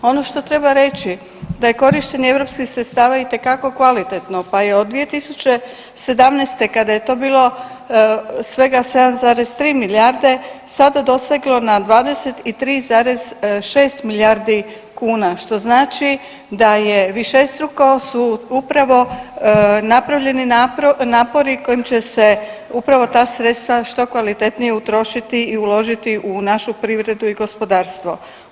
Ono što treba reći da je korištenje europskih sredstava itekako kvalitetno pa je od 2017. kada je to bilo svega 7,3 milijarde sada doseglo na 23,6 milijardi kuna što znači da je višestruko su upravo napravljeni napori kojim će se upravo ta sredstva što kvalitetnije utrošiti i uložiti u našu privredu i gospodarstvo.